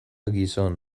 gizon